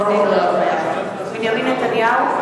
אינו נוכח בנימין נתניהו,